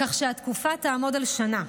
כך שהתקופה תעמוד על שנה.